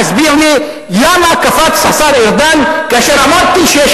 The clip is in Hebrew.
תוכלו להסביר לי למה קפץ השר ארדן כאשר אמרתי שיש